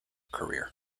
career